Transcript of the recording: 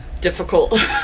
difficult